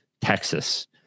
Texas